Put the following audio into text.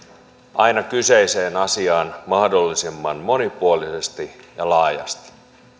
aina kyseiseen asiaan mahdollisimman monipuolisesti ja laajasti